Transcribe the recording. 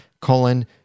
colon